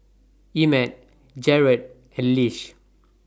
Emett Jarred and Lish